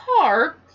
car